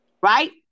right